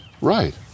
Right